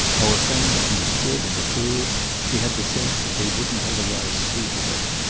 our friend understood and approved he had the sense that they wouldn't otherwise speak of it.